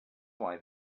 why